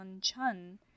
chun